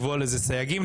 לקבוע לזה סייגים,